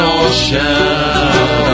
ocean